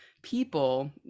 people